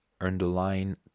underline